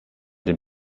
den